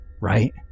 right